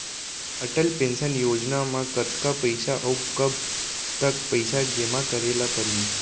Atal pension योजना म कतका पइसा, अऊ कब तक पइसा जेमा करे ल परही?